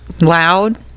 loud